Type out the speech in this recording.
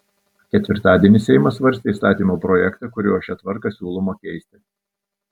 ketvirtadienį seimas svarstė įstatymo projektą kuriuo šią tvarką siūloma keisti